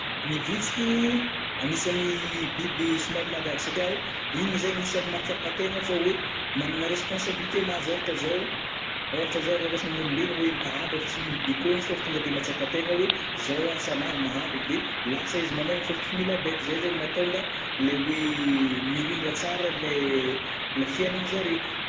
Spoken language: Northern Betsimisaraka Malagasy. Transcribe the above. Ny vitsiky, agnisany biby somary mahagaga, satriao igny zai agnisany mahatsapa tegna fô oe managna responsabilité-nazy ôhatra zao-ôhatra zao raraisigny amin'ny olombelogno oe mpahandro efa tsy mila baikona izy fav tonga de mahatspa tegna oe zao asa naha mahandro de, lasa izy manao igny fogna fa tsy mila baiko, zai zegny le mahatonga lai oe mirindra tsara lai lai fiainagn'zare.